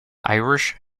irish